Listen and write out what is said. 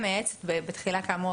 כאמור,